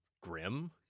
grim